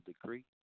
decree